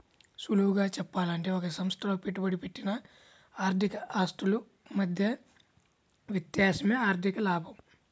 సులువుగా చెప్పాలంటే ఒక సంస్థలో పెట్టుబడి పెట్టిన ఆర్థిక ఆస్తుల మధ్య వ్యత్యాసమే ఆర్ధిక లాభం